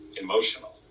emotional